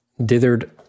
Dithered